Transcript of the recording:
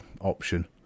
option